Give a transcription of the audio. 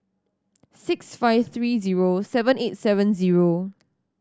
six five three zero seven eight seven zero